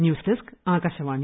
news desk Akashvani